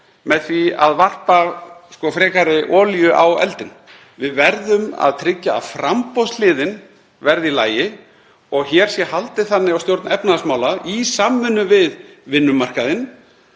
með því að hella frekari olíu á eldinn. Við verðum að tryggja að framboðshliðin verði í lagi og hér sé haldið þannig á stjórn efnahagsmála, í samvinnu við vinnumarkaðinn,